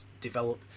develop